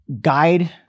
guide